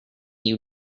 you